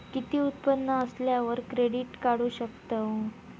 किती उत्पन्न असल्यावर क्रेडीट काढू शकतव?